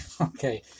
Okay